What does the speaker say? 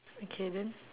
okay then